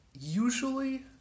usually